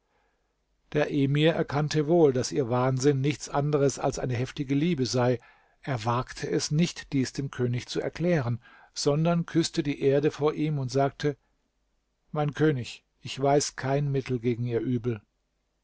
der emir erkannte wohl daß ihr wahnsinn nichts anderes als eine heftige liebe sei er wagte es nicht dies dem könig zu erklären sondern küßte die erde vor ihm und sagte mein könig ich weiß kein mittel gegen ihr übel